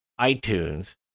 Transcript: iTunes